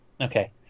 Okay